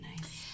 nice